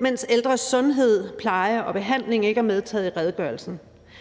mens ældres sundhed, pleje og behandling ikke er medtaget i redegørelsen.